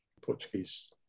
Portuguese